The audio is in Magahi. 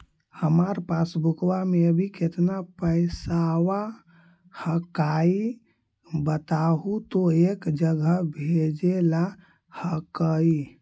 हमार पासबुकवा में अभी कितना पैसावा हक्काई बताहु तो एक जगह भेजेला हक्कई?